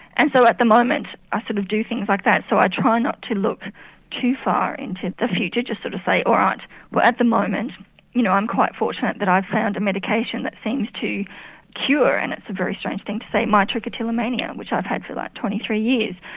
and so at the moment i sort of do things like that so i try not to look too far into the future, just sort of say alright, but at the moment you know i'm quite fortunate that i found a medication that seems to to cure and it's a very strange thing to say my trichotillomania which i've had for like twenty three years.